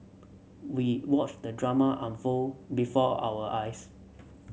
we watched the drama unfold before our eyes